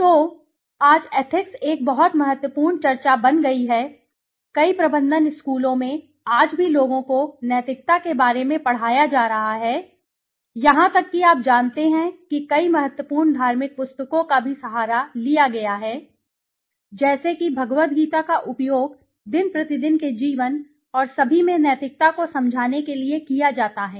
तो आज एथिक्स एक बहुत महत्वपूर्ण चर्चा बन गई है कई प्रबंधन स्कूलों में आज भी लोगों को नैतिकता के बारे में पढ़ाया जा रहा है यहां तक कि आप जानते हैं कि कई महत्वपूर्ण धार्मिक पुस्तकों का भी सहारा लिया गया है जैसे महत्वपूर्ण धार्मिक पुस्तकों का भी सहारा लिया गया जैसे कि भगवद् गीता का उपयोग दिन प्रतिदिन के जीवन और सभी में नैतिकता को समझाने के लिए किया जाता है